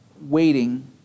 waiting